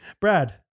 Brad